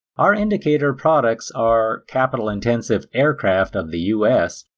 our indicator products are capital intensive aircraft of the us,